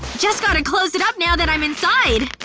just gotta close it up now that i'm inside